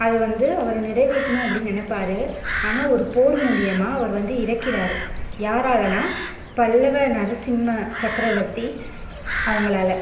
அதை வந்து அவர் நிறைவேற்றனும் அப்படின்னு நினைப்பாரு ஆனால் ஒரு போர் மூலியமாக அவர் வந்து இறக்கிறார் யாராலன்னா பல்லவ நரசிம்ம சக்கரவர்த்தி அவங்களால